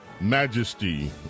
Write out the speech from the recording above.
majesty